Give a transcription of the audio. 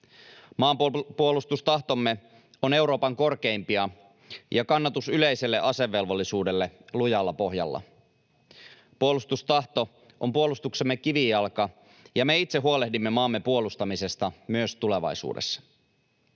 Maanpuolustustahtomme on Euroopan korkeimpia ja kannatus yleiselle asevelvollisuudelle lujalla pohjalla. Puolustustahto on puolustuksemme kivijalka, ja me itse huolehdimme maamme puolustamisesta myös tulevaisuudessa.